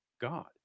God